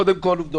קודם כול, עובדות.